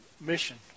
mission